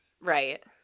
Right